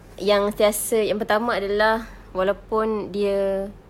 yang biasa yang pertama adalah walaupun dia